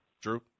Drew